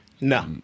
No